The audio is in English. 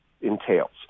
entails